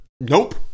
Nope